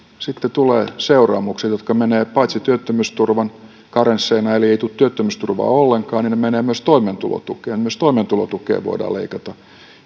sitten tulee seuraamukset jotka menevät paitsi työttömyysturvaan karensseina eli ei tule työttömyysturvaa ollenkaan myös toimeentulotukeen myös toimeentulotukea voidaan leikata